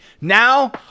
Now